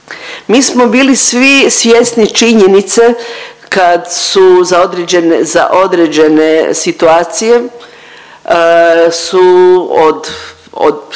Mi smo bili svi svjesni činjenice kad su za određene situacije su